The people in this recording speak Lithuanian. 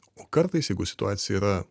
o kartais jeigu situacija yra